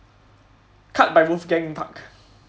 cut by wolf gang puck